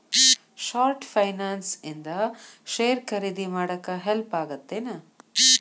short finance ಇಂದ share ಖರೇದಿ ಮಾಡಾಕ ಹೆಲ್ಪ್ ಆಗತ್ತೇನ್